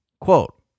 quote